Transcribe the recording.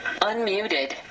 Unmuted